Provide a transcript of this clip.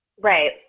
Right